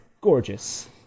gorgeous